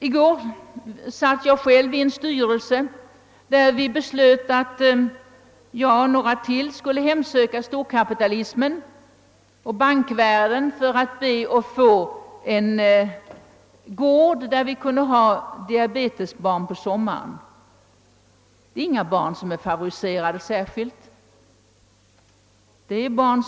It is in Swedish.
I går var jag med om att i en styrelse fatta beslut om att jag och några andra skulle hemsöka storkapitalismens företrädare och bankvärlden för att be att få en gård, där diabetesbarn skulle få vistas på somrarna. Dessa barn är inte särskilt favoriserade.